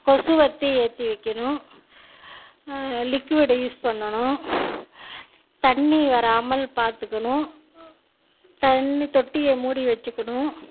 கொசுவத்தி ஏற்றி வைக்கணும் liquid use பண்ணனு தண்ணி வராமல் பார்த்துக்கணு தண்ணி தொட்டியை மூடி வச்சுக்கணும்